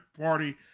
Party